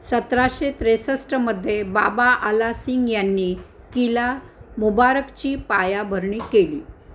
सतराशे त्रेसष्टमध्ये बाबा आला सिंग यांनी किला मुबारकची पायाभरणी केली